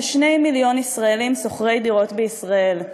2 מיליון ישראלים שוכרי דירות בישראל,